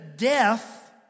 death